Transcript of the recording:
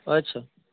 અચ્છા